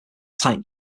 tight